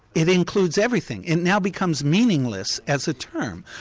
it includes everything it now becomes meaningless as a term.